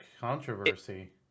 controversy